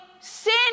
sin